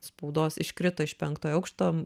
spaudos iškrito iš penktojo aukšto